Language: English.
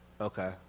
Okay